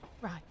Right